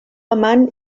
amant